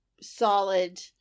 solid